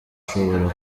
ushobora